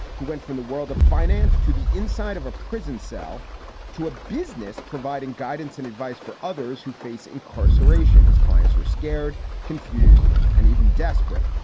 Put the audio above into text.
who went from the world of finance to the inside of a prison cell to a business providing guidance and advice for others who face incarceration. his clients are scared, confused and even desperate.